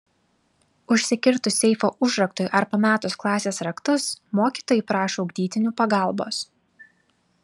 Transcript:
užsikirtus seifo užraktui ar pametus klasės raktus mokytojai prašo ugdytinių pagalbos